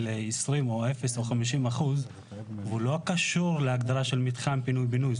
20% או אפס או 50% והוא לא קשור להגדלה של מתחם פינוי בינוי.